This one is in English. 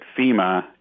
FEMA